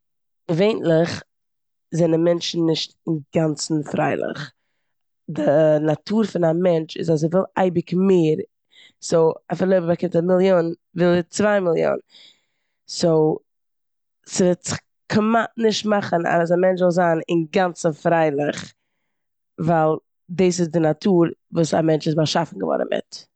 געווענליך זענען מענטשן נישט אינגאנצן פרייליך. די נאטור פון א מענטש איז אז ער וויל אייביג מער סאו אפילו אויב ער באקומט א מיליאן וויל ער צוויי מיליאן. סאו ס'וועט זיך כמעט נישט מאכן אז א מענטש זאל זיין אינגאנצן פרייליך וויל דאס איז די נאטור וואס א מענטש איז באשאפן געווארן מיט.